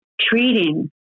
treating